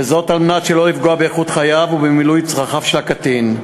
וזאת על מנת שלא לפגוע באיכות חייו ובמילוי צרכיו של הקטין.